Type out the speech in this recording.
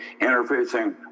interfacing